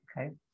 Okay